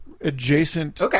adjacent